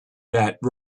that